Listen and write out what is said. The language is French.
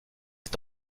est